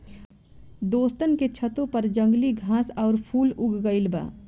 दोस्तन के छतों पर जंगली घास आउर फूल उग गइल बा